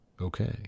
okay